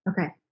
Okay